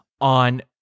on